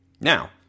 Now